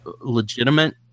legitimate